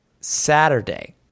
Saturday